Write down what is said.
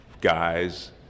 guys